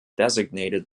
designated